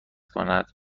کند